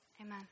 amen